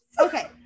Okay